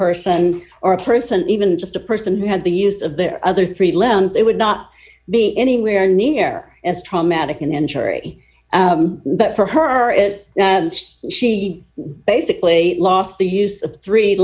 person or a person even just a person who had the use of their other three limbs it would not be anywhere near as traumatic an injury but for her she basically lost the use of three